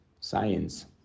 science